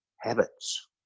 habits